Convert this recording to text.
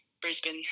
Brisbane